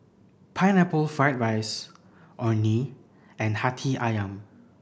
Pineapple Fried rice Orh Nee and Hati Ayam